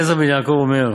רבי אליעזר בן יעקב אומר,